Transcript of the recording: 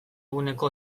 eguneko